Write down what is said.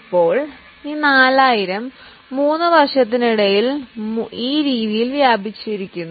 ഇപ്പോൾ ഈ 4000 മൂന്ന് വർഷത്തിനിടയിൽ വ്യാപിച്ചിരിക്കുന്നു